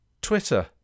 Twitter